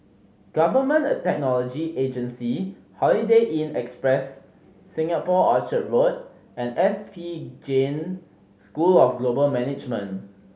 Government a Technology Agency Holiday Inn Express Singapore Orchard Road and S P Jain School of Global Management